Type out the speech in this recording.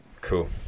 cool